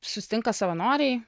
susitinka savanoriai